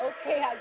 okay